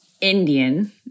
Indian